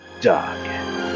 dog